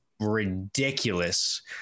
ridiculous